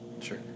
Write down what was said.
Sure